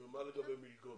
מה לגבי מלגות?